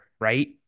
right